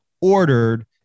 ordered